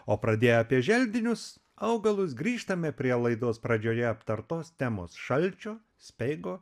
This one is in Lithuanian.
o pradėję apie želdinius augalus grįžtame prie laidos pradžioje aptartos temos šalčio speigo